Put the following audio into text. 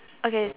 okay